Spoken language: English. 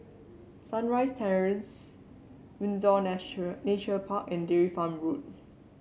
Sunrise Terrace Windsor Nature Park and Dairy Farm Road